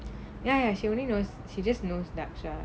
ya ya she only knows she just knows dakshar